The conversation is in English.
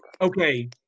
okay